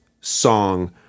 song